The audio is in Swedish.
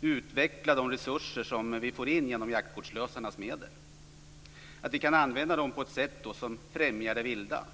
utveckla de resurser som vi får in genom jaktkortslösarnas medel. Vi kan använda dem på ett sätt som främjar det vilda.